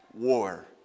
war